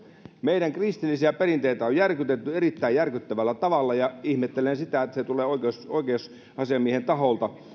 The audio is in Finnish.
meidän kristillisiä perinteitämme on järkytetty erittäin järkyttävällä tavalla ja ihmettelen sitä että se tulee oikeusasiamiehen taholta